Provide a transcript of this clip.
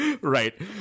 right